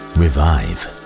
revive